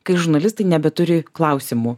kai žurnalistai nebeturi klausimų